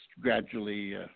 gradually –